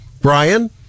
Brian